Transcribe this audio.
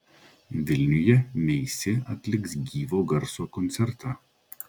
vilniuje meisi atliks gyvo garso koncertą